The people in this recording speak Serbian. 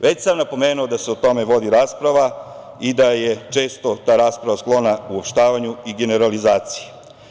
Već sam napomenuo da se o tome vodi rasprava i da je često ta rasprava sklona uopštavanju i generalizaciji.